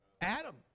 Adam